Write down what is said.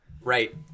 right